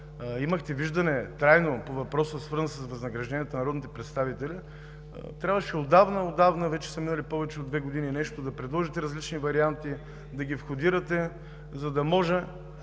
имахте трайно виждане по въпроса, свързан с възнагражденията на народните представители, трябваше отдавна, отдавна – вече са минали повече от две години и нещо, да предложите различни варианти, да ги входирате, за да не